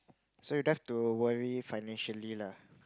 so you don't have to worry financially lah